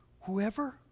Whoever